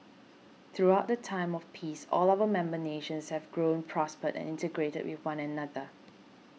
throughout the time of peace all our member nations have grown prospered and integrated with one another